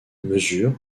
mesure